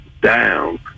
down